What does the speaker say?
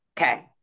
Okay